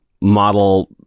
model